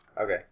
Okay